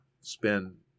spend